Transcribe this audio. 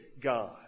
God